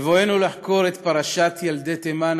בבואנו לחקור את פרשת ילדי תימן,